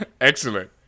Excellent